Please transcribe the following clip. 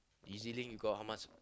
E_Z-Link you got how much